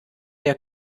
der